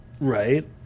Right